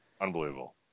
Unbelievable